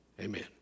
Amen